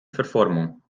verformung